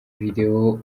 videwo